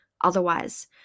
otherwise